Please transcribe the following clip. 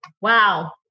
Wow